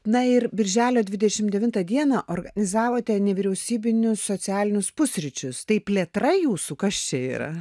na ir birželio dvidešim devintą dieną organizavote nevyriausybinius socialinius pusryčius tai plėtra jūsų kas čia yra